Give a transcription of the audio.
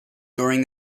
during